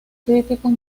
críticos